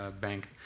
bank